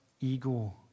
ego